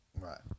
Right